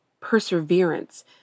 perseverance